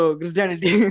Christianity